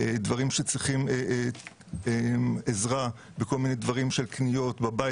דברים שצריך בהם עזרה בכל מיני דברים כמו קניות בבית,